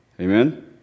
Amen